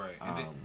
right